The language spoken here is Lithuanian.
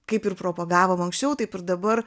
kaip ir propagavom anksčiau taip ir dabar